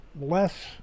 less